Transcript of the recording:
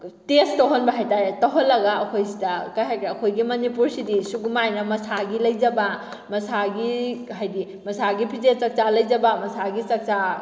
test ꯇꯧꯍꯟꯕ ꯍꯥꯏ ꯇꯥꯔꯦ ꯇꯧꯍꯜꯂꯒ ꯑꯩꯈꯣꯏꯁꯤꯗ ꯀꯩ ꯍꯥꯏꯔꯒ ꯑꯩꯈꯣꯏꯒꯤ ꯃꯅꯤꯄꯨꯔꯁꯤꯗꯤ ꯁꯨꯒꯨꯃꯥꯏꯅ ꯃꯁꯥꯒꯤ ꯂꯩꯖꯕ ꯃꯁꯥꯒꯤ ꯍꯥꯏꯗꯤ ꯃꯁꯥꯒꯤ ꯐꯤꯖꯦꯠ ꯆꯛꯆꯥ ꯂꯩꯖꯕ ꯃꯁꯥꯒꯤ ꯆꯛꯆꯥ